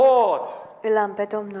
Lord